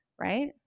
right